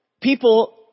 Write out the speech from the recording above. people